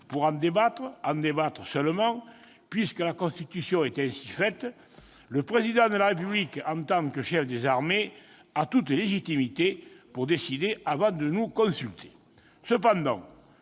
pour en débattre, et en débattre seulement, puisque la Constitution est ainsi faite : le Président de la République, en tant que chef des armées, a toute légitimité pour décider avant de nous consulter.